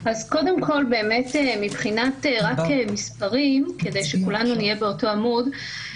אז קודם כל באמת מבחינת רק מספרים כדי שכולנו נהיה באותו עמוד,